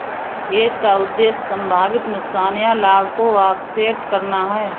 hedge का उद्देश्य संभावित नुकसान या लाभ को ऑफसेट करना है